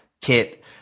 kit